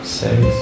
six